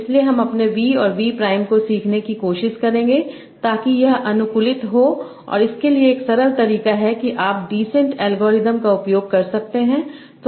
इसलिए हम अपने V और V प्राइम को सीखने की कोशिश करेंगे ताकि यह अनुकूलित हो और इसके लिए एक सरल तरीका है कि आप डीसेंट एल्गोरिथ्म का उपयोग कर सकते हैं